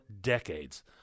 decades